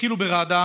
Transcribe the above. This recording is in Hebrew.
בחיל וברעדה